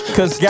Cause